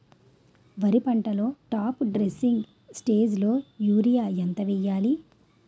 వరి పంటలో top dressing స్టేజిలో యూరియా ఎంత వెయ్యాలి?